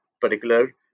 particular